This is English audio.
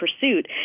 pursuit